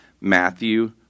Matthew